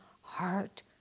heart